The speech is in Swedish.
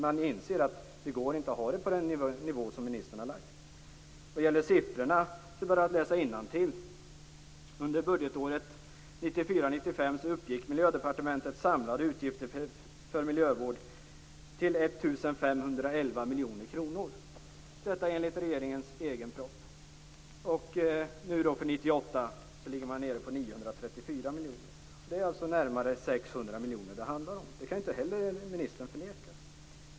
Man inser att det inte går att ha det på den nivå som ministern har angett. Vad gäller siffrorna är det bara att läsa innantill. Under budgetåret 1994/95 uppgick Miljödepartementets samlade utgifter för miljövård till 1 511 miljoner kronor, detta enligt regeringens egen proposition. För 1998 ligger de nere på 934 miljoner. Det handlar alltså om närmare 600 miljoner. Det kan inte heller ministern förneka.